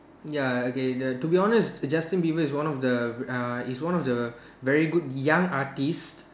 ya okay the to be honest Justin-Bieber is one of the uh is one of the very good young artist